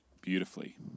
beautifully